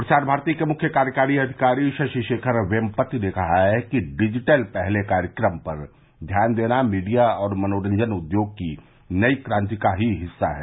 प्रसार भारती के मुख्य कार्यकारी अधिकारी शशि शेखर येमपति ने कहा है कि डिजिटल पहले कार्यक्रम पर ध्यान देना मीडिया और मनोरंजन उद्योग की नई क्रांति का ही हिस्सा है